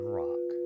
rock